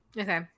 Okay